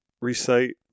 recite